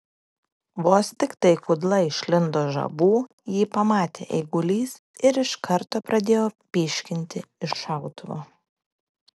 vos tiktai kudla išlindo žabų jį pamatė eigulys ir iškart pradėjo pyškinti iš šautuvo